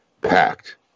packed